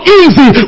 easy